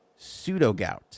pseudogout